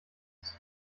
ist